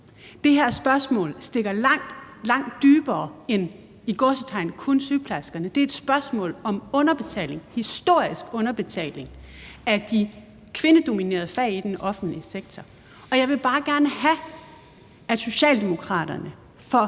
Det her spørgsmål stikker ligger langt, langt dybere end – i gåseøjne – kun sygeplejerskerne. Det er et spørgsmål om underbetaling, historisk underbetaling, af de kvindedominerede fag i den offentlige sektor. Og jeg vil bare gerne have, at Socialdemokraterne for